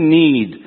need